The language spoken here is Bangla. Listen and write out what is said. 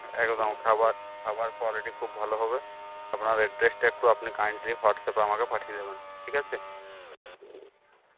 একদম খাবার খাবার কোয়ালিটি খুব ভালো হবে আপনার অ্যাড্রেসটা একটু আপনি কাইন্ডলি হোয়াটসঅ্যাপে আমাকে পাঠিয়ে দেবেন ঠিক আছে